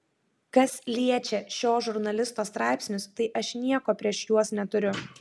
kas liečia šio žurnalisto straipsnius tai aš nieko prieš juos neturiu